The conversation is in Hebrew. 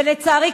ולצערי,